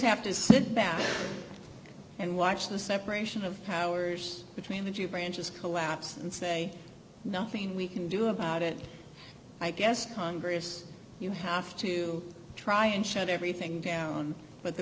have to sit back and watch the separation of powers between the two branches collapse and say nothing we can do about it i guess congress you have to try and shut everything down but the